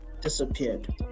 disappeared